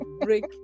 break